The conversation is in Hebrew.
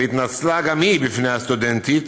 והתנצלה גם היא בפני הסטודנטית